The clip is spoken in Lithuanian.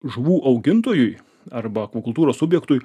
žuvų augintojui arba akvakultūros subjektui